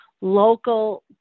local